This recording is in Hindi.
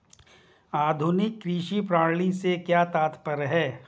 आधुनिक कृषि प्रणाली से क्या तात्पर्य है?